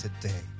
today